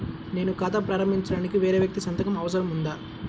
నేను ఖాతా ప్రారంభించటానికి వేరే వ్యక్తి సంతకం అవసరం ఉందా?